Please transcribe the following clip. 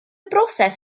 broses